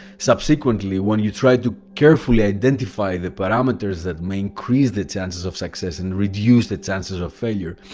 subsequently, when you try to carefully identify the parameters that may increase the chances of success and reduce the chances of failure,